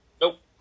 Nope